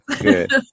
good